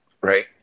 Right